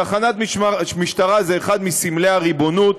תחנת משטרה זה אחד מסמלי הריבונות.